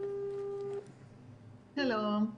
שלום,